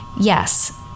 yes